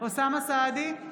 אוסאמה סעדי,